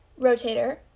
Rotator